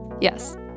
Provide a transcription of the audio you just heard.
Yes